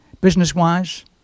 business-wise